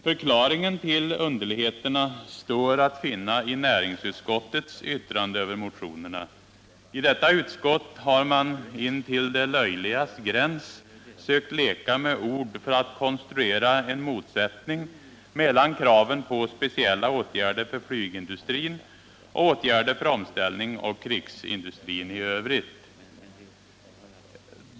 Förklaringen till underligheterna står att finna i näringsutskottets yttrande över motionerna. I detta utskott har man intill det löjligas gräns sökt leka med ord för att konstruera en motsättning mellan kraven på speciella åtgärder för flygindustrin och åtgärder för omställning av krigsindustrin i övrigt.